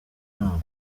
nama